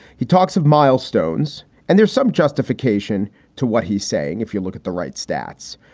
he talks of milestones and there's some justification to what he's saying. if you look at the right stats.